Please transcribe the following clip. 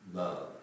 love